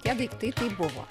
tie daiktai tai buvo